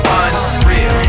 unreal